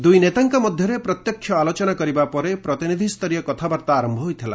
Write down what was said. ଦୁଇନେତାଙ୍କ ମଧ୍ୟରେ ପ୍ରତ୍ୟକ୍ଷ ଆଲୋଚନା କରିବା ପରେ ପ୍ରତିନିଧିଷ୍ଠରୀୟ କଥାବାର୍ତ୍ତା ଆରମ୍ଭ ହୋଇଥିଲା